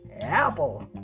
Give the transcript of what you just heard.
Apple